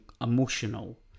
emotional